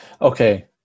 Okay